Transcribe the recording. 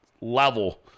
level